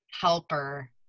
helper